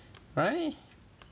right